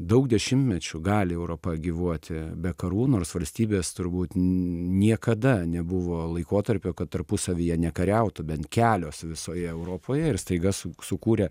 daug dešimtmečių gali europa gyvuoti be karų nors valstybės turbūt niekada nebuvo laikotarpio kad tarpusavyje nekariautų bent kelios visoje europoje ir staiga su sukūrė